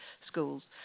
schools